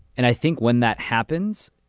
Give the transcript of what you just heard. and i think when that happens,